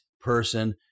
person